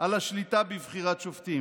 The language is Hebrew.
על השליטה בבחירת שופטים,